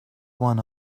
one